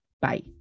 Bye